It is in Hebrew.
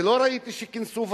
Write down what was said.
ולא ראיתי שכינסו ועדה.